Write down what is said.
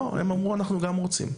לא, הם אמרו אנחנו גם רוצים.